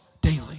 Daily